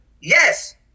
Yes